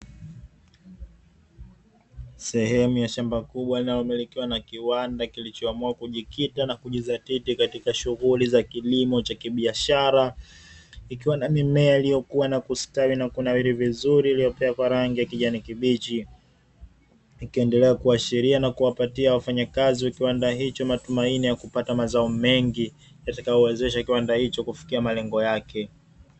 Sehemu ya shamba kubwa linalomilikiwa na kiwanda kilichoamua kujikita na kujidhatiti katika shughuli za kilimo cha kibiashara, kikiwa na mimea iliyokua na kustawi na kunawiri vizuri, iliyopakwa rangi ya kijani kibichi, ikiendelea kuashamiri na kuwapatia wafanyakazi wa kiwanda hicho matumaini, na kupata mazao mengi yatakayowezesha kiwanda hicho kufikia malengo yake.